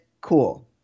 Cool